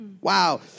Wow